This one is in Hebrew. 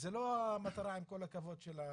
וזו לא המטרה, עם כל הכבוד לוותמ"ל.